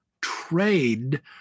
trade